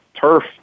turf